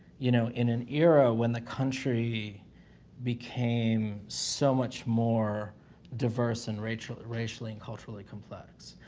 you know, in an era when the country became so much more diverse and racially racially and culturally complex.